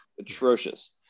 atrocious